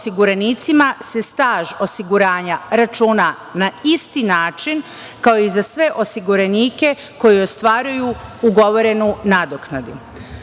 se staž osiguranja računa na isti način kao za sve osiguranike koji ostvaruju ugovorenu naknadu. Slične